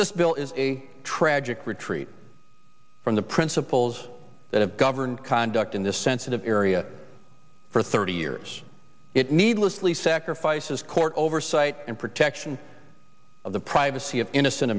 this bill is a tragic retreat from the principles that have governed conduct in this sensitive area for thirty years it needlessly sacrifices court oversight and protection of the privacy of innocent